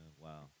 wow